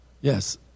Yes